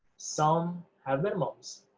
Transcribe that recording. some have minimums,